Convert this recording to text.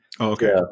Okay